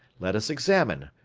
let us examine.